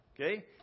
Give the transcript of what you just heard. Okay